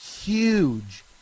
huge